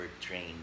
train